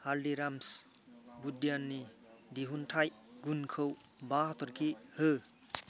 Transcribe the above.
हालदिराम्स बुन्दियानि दिहुनथाइ गुनखौ बा हाथरखि हो